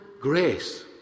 grace